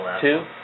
two